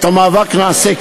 רק רגע, שנייה, שנייה.